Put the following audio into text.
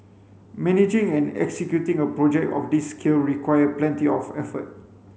managing and executing a project of this scale required plenty of effort